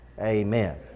Amen